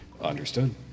Understood